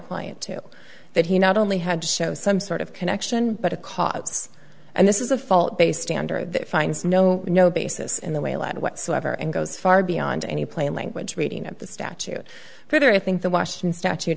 client to that he not only had to show some sort of connection but a cause and this is a fault based standard that finds no no basis in the way allowed whatsoever and goes far beyond any plain language reading of the statute further i think the washington statute